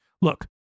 Look